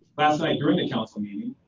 last night here in the council meeting,